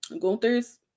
Gunther's